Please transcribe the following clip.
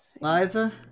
Liza